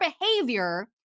behavior